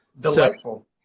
Delightful